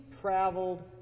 traveled